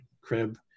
crib